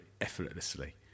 effortlessly